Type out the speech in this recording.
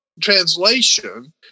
translation